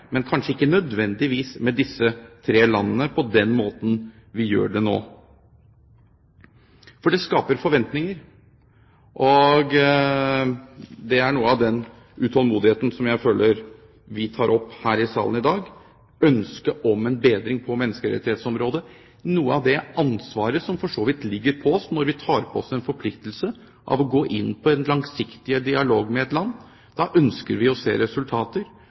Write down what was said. men kanskje ikke nødvendigvis på den måten vi gjør det nå i disse tre landene. Det skaper forventninger, og noe av den utålmodigheten som jeg føler vi tar opp her i salen i dag, er ønsket om en bedring på menneskerettighetsområdet. Noe av ansvaret ligger for så vidt på oss når vi tar på oss en forpliktelse om å gå inn i en langsiktig dialog med et land. Da ønsker vi å se resultater.